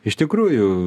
iš tikrųjų